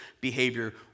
behavior